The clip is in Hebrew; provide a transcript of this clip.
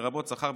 לרבות שכר,